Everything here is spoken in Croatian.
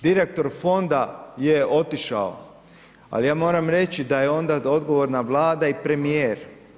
Direktor fonda je otišao, ali ja moram reći da je onda odgovorna Vlada i premijer.